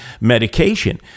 medication